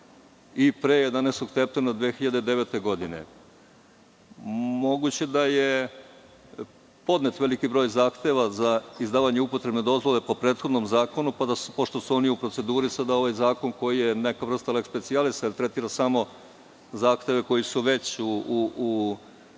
i pre 11. septembra 2009. godine. Moguće da je podnet veliki broj zahteva za izdavanje upotrebne dozvole po prethodnom zakonu, pošto su oni u proceduri, sada ovaj zakon koji je neka vrsta leks specijalisa, jer tretira samo zahteve koji su već kod